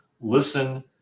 listen